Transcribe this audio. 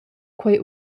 quei